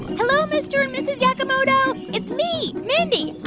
hello, mr. and mrs. yakamoto. it's me, mindy. i'm